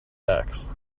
backs